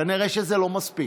כנראה שזה לא מספיק,